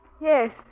Yes